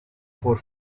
por